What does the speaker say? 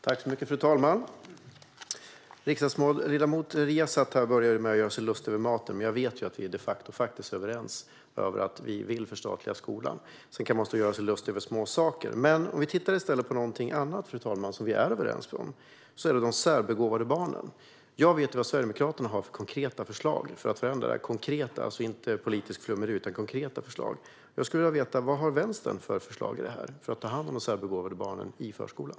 Fru talman! Riksdagsledamoten Riazat börjar med att göra sig lustig över maten. Men jag vet att vi de facto är överens om att vi vill förstatliga skolan. Sedan kanske man måste göra sig lustig över småsaker. Låt oss i stället se på något annat, fru talman, som vi är överens om. Det gäller de särbegåvade barnen. Jag vet vad Sverigedemokraterna har för konkreta förslag för att förändra detta. Det handlar alltså om konkreta förslag och inget politiskt flummeri. Jag skulle vilja veta: Vad har Vänstern för förslag för att ta hand om de särbegåvade barnen i förskolan?